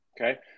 okay